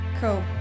Cool